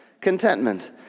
contentment